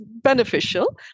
beneficial